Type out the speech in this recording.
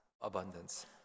abundance